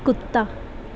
ਕੁੱਤਾ